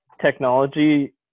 technology